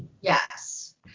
Yes